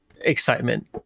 excitement